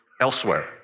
elsewhere